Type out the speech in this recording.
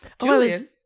Julian